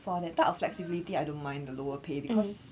for that type of flexibility I don't mind the lower pay because